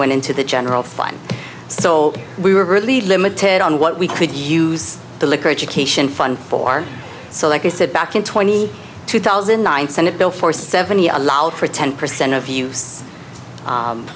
went into the general fund so we were really limited on what we could use the liquor education fund for so like i said back in twenty two thousand nine senate bill for seventy allowed for ten percent of you